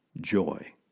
joy